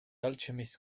alchemist